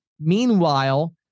Meanwhile